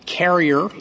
carrier